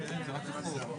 באיזה סעיף?